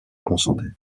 consentait